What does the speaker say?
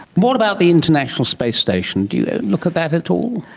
what about the international space station? do you look at that at all?